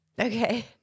Okay